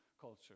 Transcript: culture